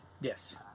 Yes